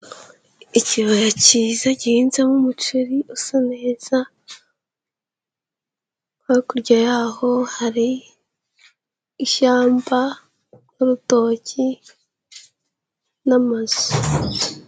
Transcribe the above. Ikibaya cyiza gihinzemo umuceri usa neza, hakurya yaho hari ishyamba, urutoki n'amazu.